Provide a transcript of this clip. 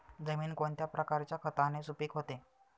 जमीन कोणत्या प्रकारच्या खताने सुपिक होते?